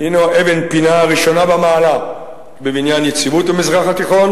הינו אבן פינה ראשונה במעלה בבניין יציבות המזרח התיכון.